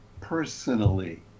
personally